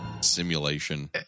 simulation